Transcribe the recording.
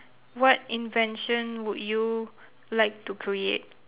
what invention would you like to create